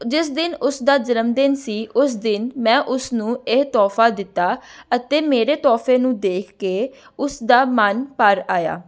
ਜਿਸ ਦਿਨ ਉਸ ਦਾ ਜਨਮਦਿਨ ਸੀ ਉਸ ਦਿਨ ਮੈਂ ਉਸਨੂੰ ਇਹ ਤੋਹਫ਼ਾ ਦਿੱਤਾ ਅਤੇ ਮੇਰੇ ਤੋਹਫ਼ੇ ਨੂੰ ਦੇਖ ਕੇ ਉਸਦਾ ਮਨ ਭਰ ਆਇਆ